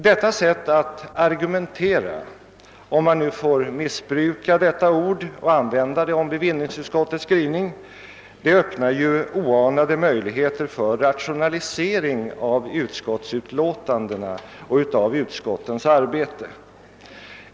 Detta sätt att argumentera — om man nu får missbruka ordet och använda det om bevillningsutskottets skrivning — öppnar oanade möjligheter för rationalisering av utskottsutlåtandena och av utskottens arbete.